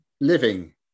living